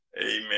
Amen